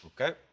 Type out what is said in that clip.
Okay